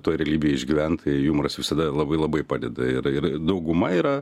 toj realybėj išgyvent tai jumoras visada labai labai padeda ir ir dauguma yra